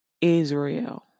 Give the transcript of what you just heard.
Israel